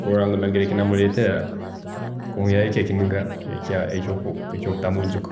kurola ngu nagila eki namureetera, kumwihaho eki ekiniga ekyobutamwijuka.